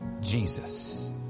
Jesus